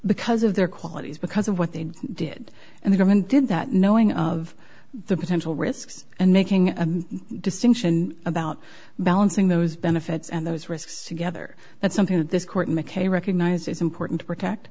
because of their qualities because of what they did and the government did that knowing of the potential risks and making a distinction about balancing those benefits and those risks together that's something that this court mckay recognize is important to protect